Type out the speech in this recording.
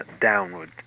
downward